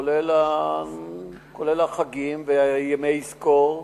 כולל החגים וימי "יזכור",